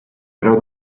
preu